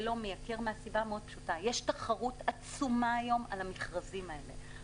זה לא מייקר מהסיבה הפשוטה שיש תחרות עצומה היום על המכרזים האלה.